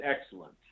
excellent